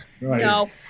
No